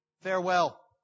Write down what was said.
Farewell